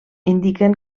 indiquen